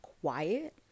quiet